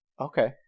Okay